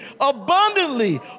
abundantly